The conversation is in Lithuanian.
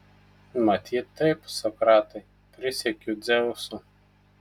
matyt taip sokratai prisiekiu dzeusu